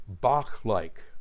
Bach-like